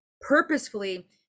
purposefully